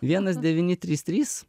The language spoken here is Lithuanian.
vienas devyni trys trys